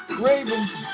Ravens